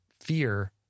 fear